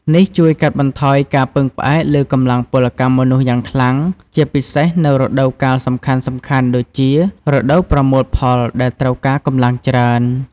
នេះជួយកាត់បន្ថយការពឹងផ្អែកលើកម្លាំងពលកម្មមនុស្សយ៉ាងខ្លាំង ជាពិសេសនៅរដូវកាលសំខាន់ៗដូចជារដូវប្រមូលផលដែលត្រូវការកម្លាំងច្រើន។